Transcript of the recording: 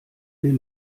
will